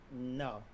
No